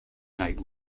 night